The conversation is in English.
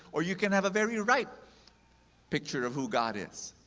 or you can have a very right picture of who god is.